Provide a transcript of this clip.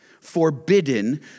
forbidden